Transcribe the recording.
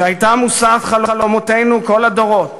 שהייתה מושא חלומותינו כל הדורות,